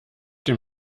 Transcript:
dem